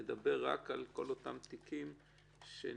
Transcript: נדבר רק על כל אותם תיקים שנפתחים.